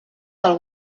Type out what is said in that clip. del